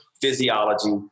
physiology